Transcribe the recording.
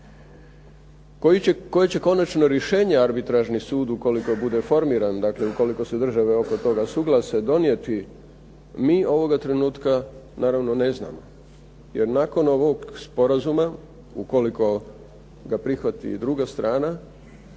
Koje će konačno rješenje arbitražni sud ukoliko bude formiran, dakle ukoliko se države oko toga suglase donijeti mi ovoga trenutka naravno ne znamo, jer nakon ovog sporazuma ukoliko ga prihvati i druga strana,